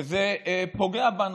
וזה פוגע בנו.